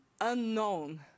unknown